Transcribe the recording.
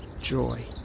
joy